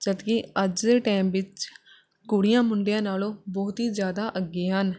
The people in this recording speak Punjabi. ਜਦੋਂ ਕਿ ਅੱਜ ਦੇ ਟਾਈਮ ਵਿੱਚ ਕੁੜੀਆਂ ਮੁੰਡਿਆਂ ਨਾਲੋਂ ਬਹੁਤ ਹੀ ਜ਼ਿਆਦਾ ਅੱਗੇ ਹਨ